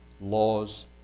laws